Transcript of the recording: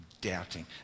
doubting